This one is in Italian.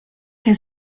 che